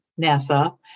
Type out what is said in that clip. NASA